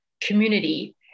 community